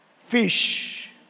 Fish